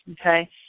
okay